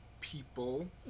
people